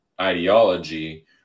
ideology